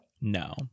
No